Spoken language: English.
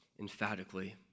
emphatically